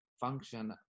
function